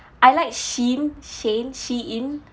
I like SHEIN SHEIN SHEIN